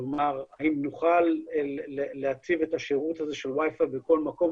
כלומר האם נוכל להציב את השירות הזה של wi-fi בכל מקום,